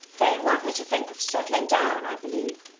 they want me to think of settling down, i believe,